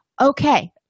okay